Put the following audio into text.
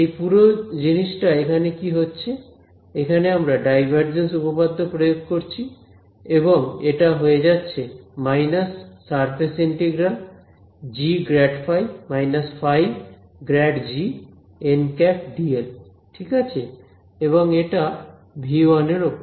এই পুরো জিনিসটা এখানে কি হচ্ছে এখানে আমরা ডাইভারজেন্স উপপাদ্য প্রয়োগ করছি এবং এটা হয়ে যাচ্ছে − g∇ϕ − ϕ∇gnˆdl ঠিক আছে এবং এটা V 1 এর ওপর